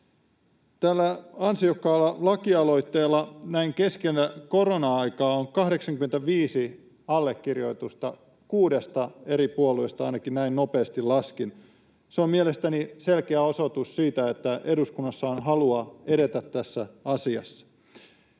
Tällä ansiokkaalla lakialoitteella näin kesken korona-aikaa on 85 allekirjoitusta kuudesta eri puolueesta — näin ainakin nopeasti laskin. Se on mielestäni selkeä osoitus siitä, että eduskunnassa on halua edetä tässä asiassa.